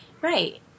Right